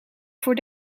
voor